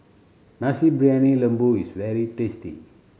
Nasi Briyani Lembu is very tasty